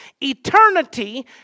Eternity